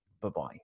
Bye-bye